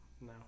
No